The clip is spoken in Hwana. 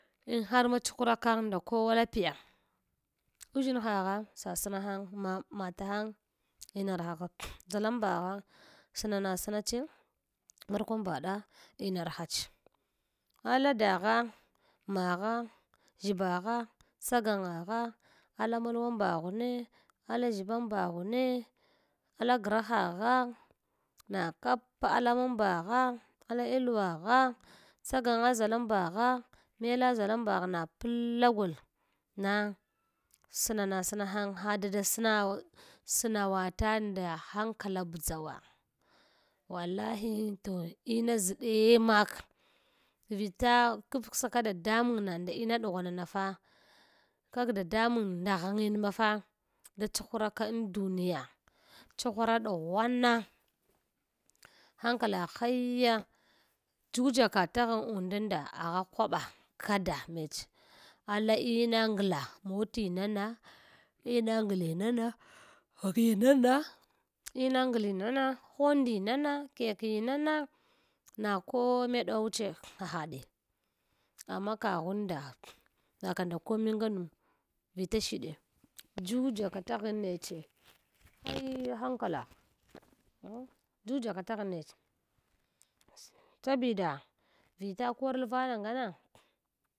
Eh harma chuhraka nda kowa lapiya uʒshin ha gha sasna hangkuma mam mata hang inarhaga zalambagha sanana asna che markwambada inarhach ala dagha, magha, ʒhibagha, saganga gha, ala mulwambaghune, ala ʒshibamba ghune, ala grahagha na kap ala mambagha, ala ilowa gha, sagange ʒalambagha, mela ʒagalambagh na plo gula na snana sna hang ha dada sna snawata nda hankala mbdʒa wa wallahi toh ina ʒde mak vita kafksaka dadamang na nda ina ɗughwana na fa kag daa amang nda ghangin ma fa da chahura ka an duniya chulura ɗaghuwana hankalagh haiya juja ka taghan undunda agha kwaɓa kada mech ala ina ngla motina na, ina nghinan ghagina na, ina nglina na, hondinanan, keki na na, na kone doweche hahabe amma kaghunda haka nda komiryora vita shide jujaka taghan neche hiya hanklagh ah jujaka taghan nech stsabida vita korl vana ngana.